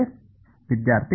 ವಿದ್ಯಾರ್ಥಿ